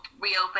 reopen